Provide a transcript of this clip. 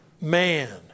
man